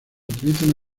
utilizan